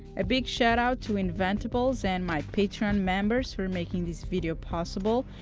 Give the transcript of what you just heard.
a big shoutout to inventables and my patreon members for making this video possible!